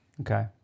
Okay